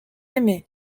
aimait